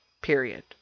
Period